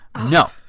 No